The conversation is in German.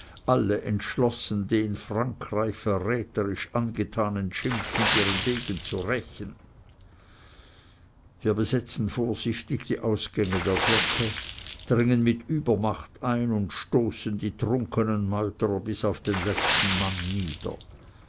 alle entschlossen den frankreich verräterisch angetanen schimpf mit ihren degen zu rächen wir besetzen vorsichtig die ausgänge der glocke dringen mit übermacht ein und stoßen die trunkenen meuterer bis auf den letzten mann nieder